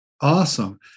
Awesome